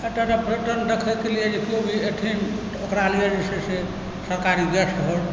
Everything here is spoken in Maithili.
एतऽ तऽ देखएके लेल जे केओ भी एथिन तऽ ओकरा लिए जे छै से सरकारी गेस्ट हाउस